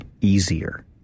easier